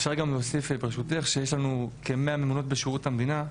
אפשר גם להוסיף ברשותך שיש לנו כ-100 ממונות בשירות המדינה,